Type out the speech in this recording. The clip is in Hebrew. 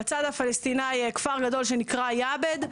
בצד הפלסטיני כפר גדול שנקרא "יעבד",